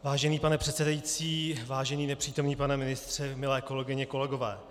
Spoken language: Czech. Vážený pane předsedající, vážený nepřítomný pane ministře, milé kolegyně, kolegové.